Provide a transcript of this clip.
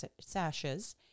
sashes